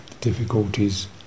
difficulties